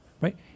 right